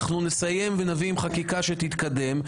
אנחנו נסיים ונביא עם חקיקה שתתקדם,